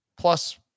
plus